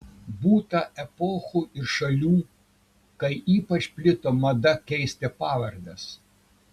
būta epochų ir šalių kai ypač plito mada keisti pavardes